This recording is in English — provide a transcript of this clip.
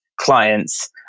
clients